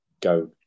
go